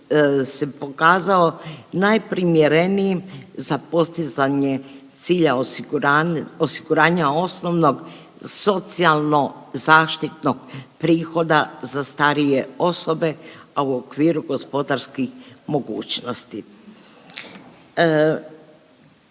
se pokazao najprimjerenijim za postizanje cilja osiguranja osnovnog socijalno zaštitnog prihoda za starije osobe, a u okviru gospodarskih mogućnosti.